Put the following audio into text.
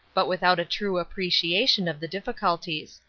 but without a true appreciation of the difficulties.